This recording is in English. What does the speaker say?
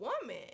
woman